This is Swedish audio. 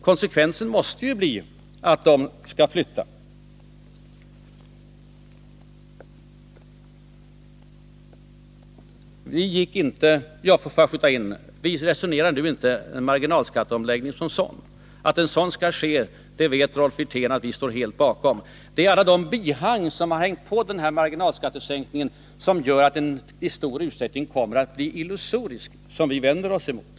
Konsekvensen måste ju bli att de skall flytta. Vi resonerar nu inte om marginalskatteomläggningen som sådan. Att en sådan skall ske vet Rolf Wirtén att vi står helt bakom. Det är alla de bihang som har hängts på marginalskattesänkningen och som gör att den i stor utsträckning kommer att bli illusorisk som vi vänder oss emot.